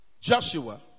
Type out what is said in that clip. Joshua